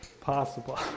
possible